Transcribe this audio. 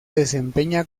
desempeña